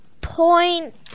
point